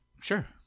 Sure